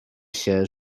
się